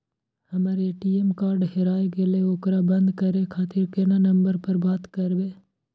हमर ATM card हेराय गेले ओकरा बंद करे खातिर केना नंबर पर बात करबे?